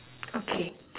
okay